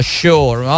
sure